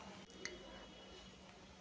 ನನಗೆ ಕೃಷಿ ಸಾಲ ಬೇಕು ನೀವು ಕೊಡ್ತೀರಾ?